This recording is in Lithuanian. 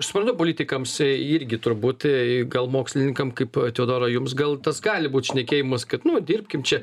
suprantu politikams irgi turbūt į gal mokslininkam kaip teodoro jums gal tas gali būt šnekėjimas kad nu dirbkim čia